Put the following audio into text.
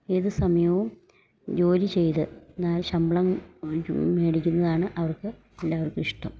ഏത് സമയവും ജോലി ചെയ്ത് അതിനായി ശമ്പളം മേടിക്കുന്നതാണ് അവർക്ക് എല്ലാവർക്കും ഇഷ്ടം